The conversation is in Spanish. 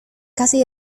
casi